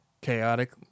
chaotic